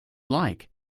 like